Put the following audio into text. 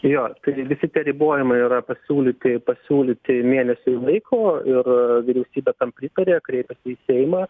jo tai visi tie ribojamai yra pasiūlyti pasiūlyti mėnesiui laiko ir vyriausybė tam pritarė kreipėsi į seimą